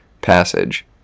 passage